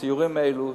לסיורים האלו,